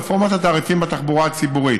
רפורמת התעריפים בתחבורה הציבורית,